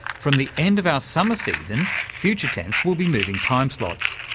from the end of our summer season future tense will be moving timeslots.